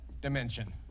dimension